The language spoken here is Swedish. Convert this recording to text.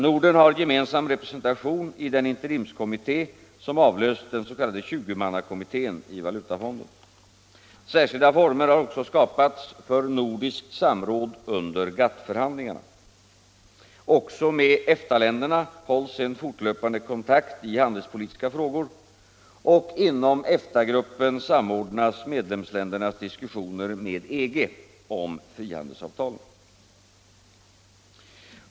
Norden har gemensam representation i den interimskommitté som avlöst den s.k. 20-mannakommittén i Valutafonden. Särskilda former har också skapats för nordiskt samråd under GATT-förhandlingarna. Även med EFTA-länderna hålls en fortlöpande kontakt i handelspolitiska frågor, och inom EFTA-gruppen samordnas medlemsländernas diskussioner med EG om frihandelsavtalen.